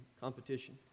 competition